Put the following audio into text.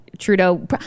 Trudeau